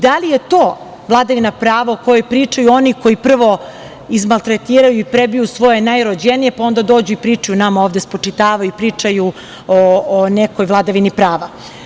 Da li je to vladavina prava o kojem pričaju oni koji prvo izmaltretiraju i prebiju svoje najrođenije, pa onda dođu i pričaju nama ovde i spočitavaju i pričaju o nekoj vladavini prava.